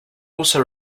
also